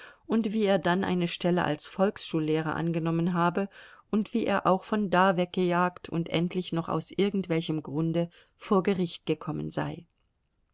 und wie er dann eine stelle als volksschullehrer angenommen habe und wie er auch von da weggejagt und endlich noch aus irgendwelchem grunde vor gericht gekommen sei